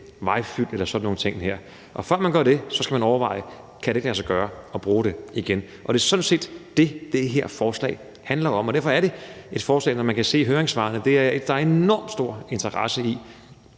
vejfyld og sådan nogle ting. Før man gør det, skal man overveje, om det ikke kan lade sig gøre at bruge det igen. Det er sådan set det, det her forslag handler om, og derfor er det et forslag, hvor man i høringssvarene kan se, at der er enormt stor interesse